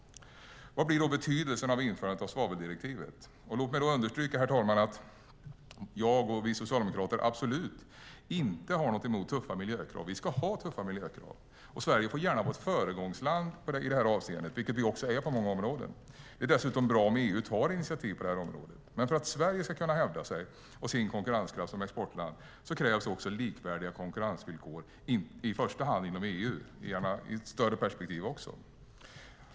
Vad blir då betydelsen av införandet av svaveldirektivet? Låt mig understryka, herr talman, att jag och Socialdemokraterna absolut inte har något emot tuffa miljökrav. Vi ska ha tuffa miljökrav. Sverige får gärna vara ett föregångsland, vilket vi också är på många områden. Det är dessutom bra att EU tar initiativ på detta område. Men för att Sverige ska kunna hävda sin konkurrenskraft som exportland krävs likvärdiga konkurrensvillkor, i första hand inom EU men gärna i ett större perspektiv också.